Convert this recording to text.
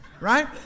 right